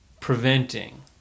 preventing